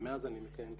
ומאז אני מכהן כדירקטור.